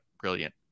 brilliant